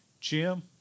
Jim